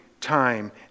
time